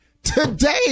Today